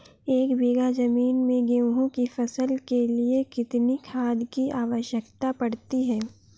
एक बीघा ज़मीन में गेहूँ की फसल के लिए कितनी खाद की आवश्यकता पड़ती है?